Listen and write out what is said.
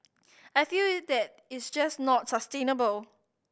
I feel that it's just not sustainable